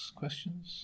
questions